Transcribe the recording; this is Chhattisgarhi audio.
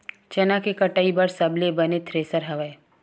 चना के कटाई बर सबले बने थ्रेसर हवय?